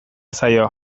zaio